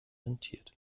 rentiert